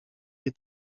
jej